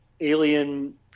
Alien